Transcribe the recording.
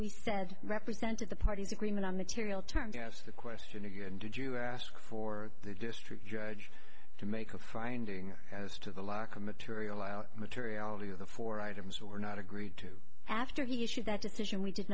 we said represented the parties agreement on material turned to ask the question again did you ask for the district judge to make a finding as to the lack of material out materiality of the four items were not agreed to after he issued that decision we did